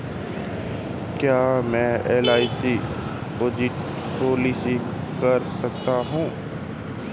क्या मैं LIC policy कर सकता हूं?